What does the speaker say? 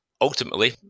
Ultimately